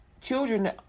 children